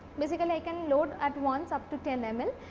basically, i can load at once up to ten ml,